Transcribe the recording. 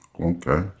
Okay